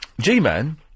G-Man